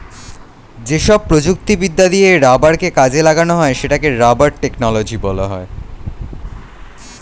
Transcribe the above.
যেসব প্রযুক্তিবিদ্যা দিয়ে রাবারকে কাজে লাগানো হয় সেটাকে রাবার টেকনোলজি বলা হয়